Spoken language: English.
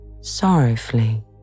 sorrowfully